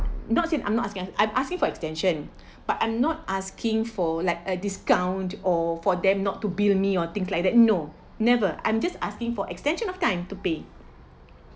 not asking I'm not asking I'm asking for extension but I'm not asking for like a discount or for them not to bill me or things like that no never I'm just asking for extension of time to pay